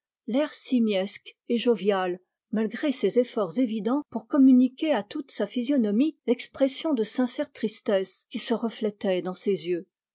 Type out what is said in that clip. simiesque et jovial malgré ses efforts évidents pour communiquer à toute sa physionomie l'expression de sincère tristesse qui se reflétait dans ses yeux